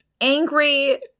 angry